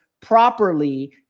properly